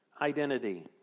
identity